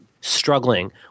struggling